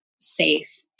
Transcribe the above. safe